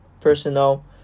personal